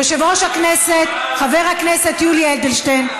יושב-ראש הכנסת חבר הכנסת יולי אדלשטיין,